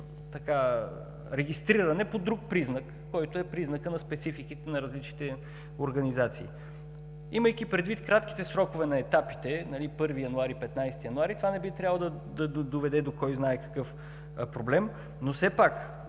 регистриране по друг признак, който е признакът на спецификите на различните организации. Имайки предвид кратките срокове на етапите – 1 – 15 януари, това не би трябвало да доведе до кой знае какъв проблем, но от